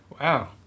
Wow